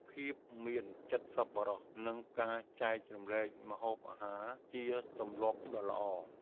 ភាពមានចិត្តសប្បុរស និងការចែករំលែកម្ហូបអាហារជាទម្លាប់ដ៏ល្អ។